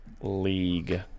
League